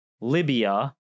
Libya